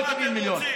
לא ל-70 מיליון.